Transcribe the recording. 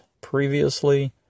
previously